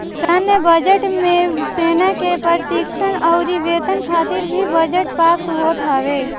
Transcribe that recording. सैन्य बजट मे सेना के प्रशिक्षण अउरी वेतन खातिर भी बजट पास होत हवे